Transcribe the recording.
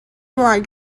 ymlaen